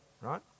right